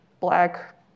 black